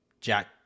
Jack